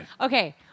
Okay